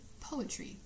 poetry